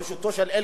בראשותו של אלקין,